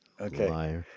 Okay